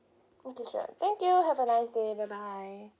okay sure thank you have a nice day bye bye